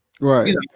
right